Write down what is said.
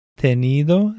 tenido